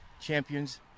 champions